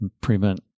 prevent